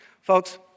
Folks